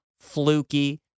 fluky